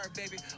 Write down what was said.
baby